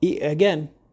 Again